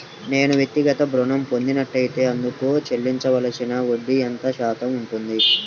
నేను వ్యక్తిగత ఋణం పొందినట్లైతే అందుకు చెల్లించవలసిన వడ్డీ ఎంత శాతం ఉంటుంది?